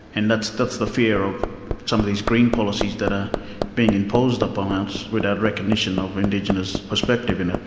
and that's that's the fear of some of these green policies that are being imposed upon us without recognition of indigenous perspective in it.